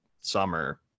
summer